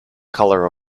color